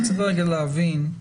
צריך להבין,